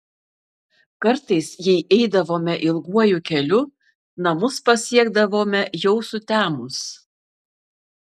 kartais jei eidavome ilguoju keliu namus pasiekdavome jau sutemus